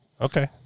Okay